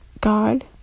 God